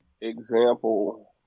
example